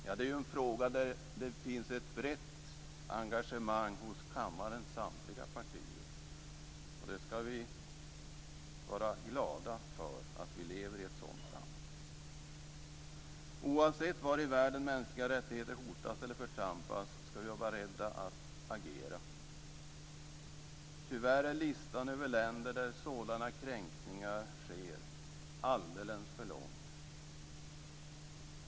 Ja, det är ju en fråga där det finns ett brett engagemang hos kammarens samtliga partier. Vi ska vara glada för att vi lever i ett sådant land. Oavsett var i världen mänskliga rättigheter hotas eller förtrampas ska vi vara beredda att agera. Tyvärr är listan över länder där sådana kränkningar sker alldeles för lång.